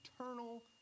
eternal